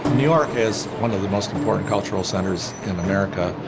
new york is one of the most important cultural centers in america,